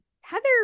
Heather